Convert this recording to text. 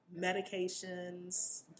Medications